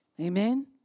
Amen